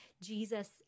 Jesus